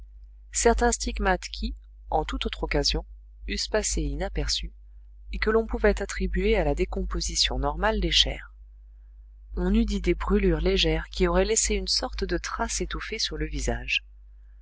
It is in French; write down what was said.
certains stigmates qui en toute autre occasion eussent passé inaperçus et que l'on pouvait attribuer à la décomposition normale des chairs on eût dit des brûlures légères qui auraient laissé une sorte de trace étoffée sur le visage